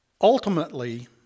Ultimately